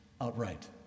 outright